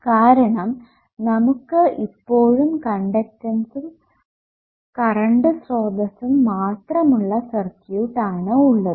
കാരണം നമുക്ക് ഇപ്പോഴും കണ്ടക്ടൻസും കറണ്ട് സ്രോതസ്സും മാത്രം ഉള്ള സർക്യൂട്ട് ആണ് ഉള്ളത്